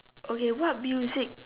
okay what music